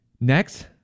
next